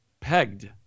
pegged